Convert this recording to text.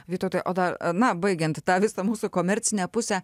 vytautai o da na baigiant tą visą mūsų komercinę pusę